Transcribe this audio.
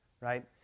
right